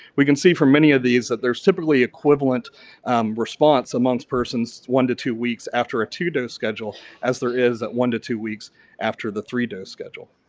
we can see from many of these that there's typically equivalent response amongst persons one to two weeks after a two-dose schedule as there is one to two weeks after the three-dose schedule.